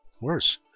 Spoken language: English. Worse